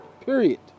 Period